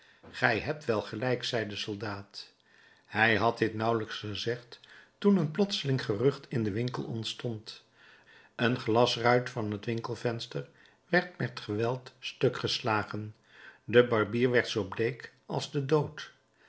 gij hebt wel gelijk zei de soldaat hij had dit nauwelijks gezegd toen een plotseling gerucht in den winkel ontstond een glasruit van het winkelvenster werd met geweld stukgeslagen de barbier werd zoo bleek als de dood